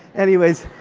anyways,